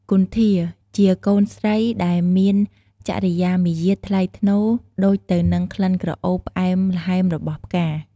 គន្ធា ជាកូនស្រីដែលមានចរិយាមាយាទថ្លៃថ្នូរដូចទៅនឹងក្លិនក្រអូបផ្អែមល្ហែមរបស់ផ្កា។